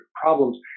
problems